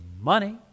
money